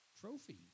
trophy